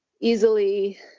easily